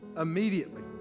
immediately